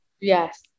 Yes